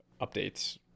updates